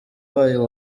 wayo